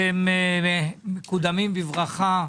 אתם מקודמים ברכה,